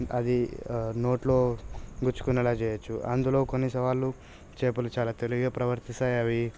అది నోట్లో గుచ్చుకునేలా చేయొచ్చు అందులో కొన్ని సార్లు చాపలు తెలివిగా ప్రవర్తిస్తాయి అవి